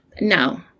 No